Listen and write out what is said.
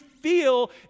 feel